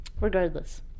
regardless